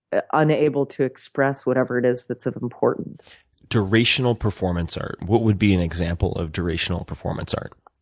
unable to express whatever it is that's of importance. durational performance art. what would be an example of durational performance art?